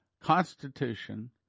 Constitution